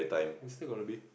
there still gotta be